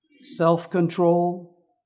self-control